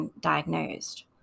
diagnosed